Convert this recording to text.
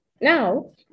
Now